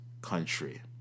country